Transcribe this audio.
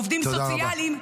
עובדים סוציאליים,